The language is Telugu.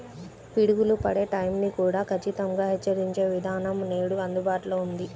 పిడుగులు పడే టైం ని కూడా ఖచ్చితంగా హెచ్చరించే విధానం నేడు అందుబాటులో ఉంది